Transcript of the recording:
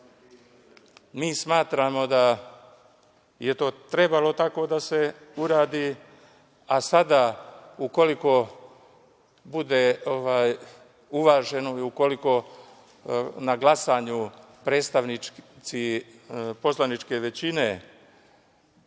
mi smatramo da je to trebalo tako da se uradi, a sada, ukoliko bude uvaženo i ukoliko na glasanju predstavnici poslaničke većine